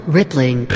rippling